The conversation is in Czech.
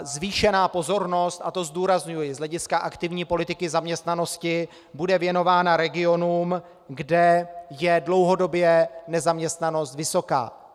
Zvýšená pozornost, a to zdůrazňuji, z hlediska aktivní politiky zaměstnanosti bude věnována regionům, kde je dlouhodobě nezaměstnanost vysoká.